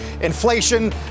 inflation